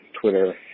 Twitter